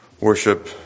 worship